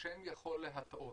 השם יכול להטעות.